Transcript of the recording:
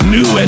New